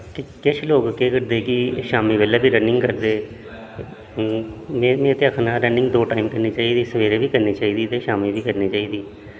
कि किश लोक केह् करदे कि शाम्मी बेल्लै बी रनिंग करदे में ते आखना रनिंग दो टाइम करनी चाहिदी सवेरे बी करनी चाहिदी ते शाम्मी बी करनी चाहिदी